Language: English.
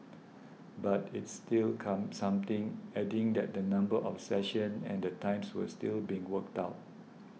but it's still come something adding that the number of sessions and the times were still being worked out